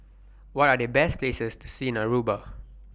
What Are The Best Places to See in Aruba